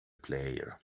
player